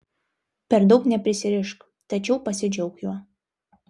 per daug neprisirišk tačiau pasidžiauk juo